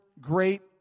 great